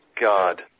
God